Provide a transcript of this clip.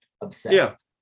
obsessed